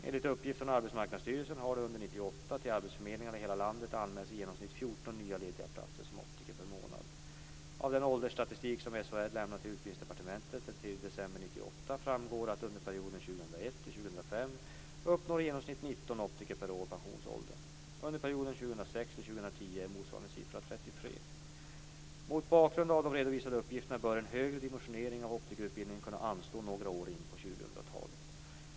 Enligt uppgift från Arbetsmarknadsstyrelsen har det under 1998 till arbetsförmedlingarna i hela landet anmälts i genomsnitt 14 nya lediga platser som optiker per månad. 2010 är motsvarande siffra 33. Mot bakgrund av de redovisade uppgifterna bör en högre dimensionering av optikerutbildningen kunna anstå några år in på 2000-talet.